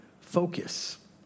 focus